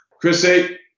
Chrissy